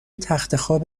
تختخواب